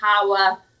power